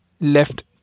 left